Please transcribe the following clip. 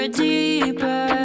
deeper